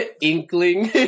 inkling